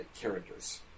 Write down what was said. characters